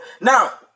Now